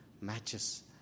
matches